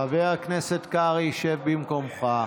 חבר הכנסת קרעי, שב במקומך.